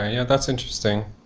yeah, that's interesting.